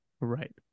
Right